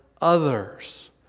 others